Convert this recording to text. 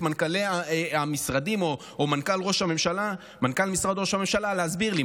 את מנכ"לי המשרדים או את מנכ"ל ראש הממשלה להסביר לי?